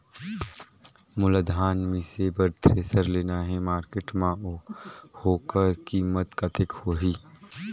मोला धान मिसे बर थ्रेसर लेना हे मार्केट मां होकर कीमत कतेक होही?